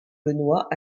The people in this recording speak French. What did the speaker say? benoît